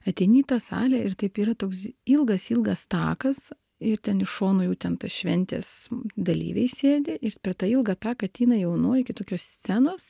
ateini į tą salę ir taip yra toks ilgas ilgas takas ir ten iš šonų jau ten tas šventės dalyviai sėdi ir per tą ilgą taką ateina jaunoji iki tokios scenos